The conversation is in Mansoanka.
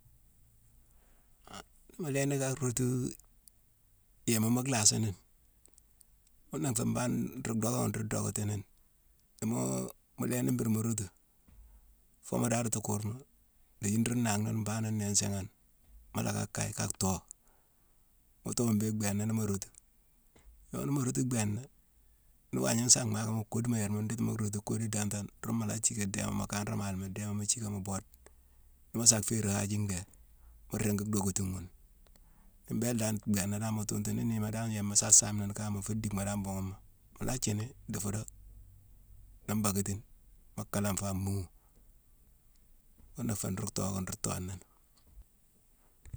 Han ni mu lééni ka rootu yééma mu lhasini, ghuna nfé mbane nruu dhockan ruu dhockatini ni. Timoo mu lééni mbhuuru mu rootu, foo mu daadati kurma. Ndéji nruu nangh ni mbanangh né nsiighane, mu locka kaye kaa thoo. Mu toowume mbéghine bhééna, ni mu rootu. Yo ni mu rootu bhééna, ni waagna nsaa mhaakamoni, koduma yérma nditi mu rootu kodu dantane, rune mu la jiické dééma mu kanré malema, ndééma mu jiické mu boode. Ni mu sa féérine hajii ndééne, mu ringi dhockatine ghune. Ni mbééla dan bhééna dan mu tuntu, ni niirma yéma dan saa saame ni kama fuu dickma buughu mo, mu la thiini di fodo nuu mbaakatine. Mu kalanfo a mhuumu. Ghuna nfé ruu toowa nruu too ni.